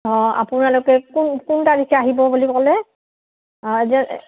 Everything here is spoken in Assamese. অঁ আপোনালোকে কোন কোন তাৰিখে আহিব বুলি ক'লে অঁ যে